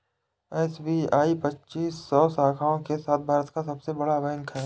SBI पच्चीस सौ शाखाओं के साथ भारत का सबसे बड़ा बैंक है